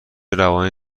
روانی